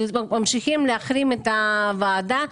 ממשיכים להחרים את הוועדה.